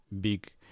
big